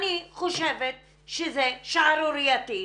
אני חושבת שהחלטה של בג"ץ שערורייתית.